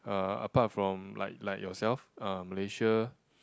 uh apart from like like yourself uh Malaysia